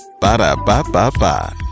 Ba-da-ba-ba-ba